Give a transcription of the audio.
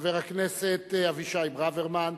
חבר הכנסת אבישי ברוורמן,